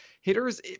Hitters